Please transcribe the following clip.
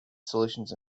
solutions